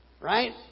right